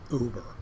Uber